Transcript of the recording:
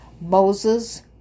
moses